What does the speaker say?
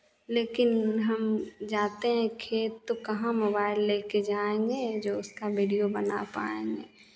लेकिन हम जाते हैं खेत तो कहाँ मोबाइल ले के जाएंगे जो उसका वीडियो बना पाएंगे